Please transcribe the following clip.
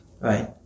Right